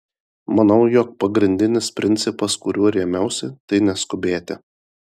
manau jog pagrindinis principas kuriuo rėmiausi tai neskubėti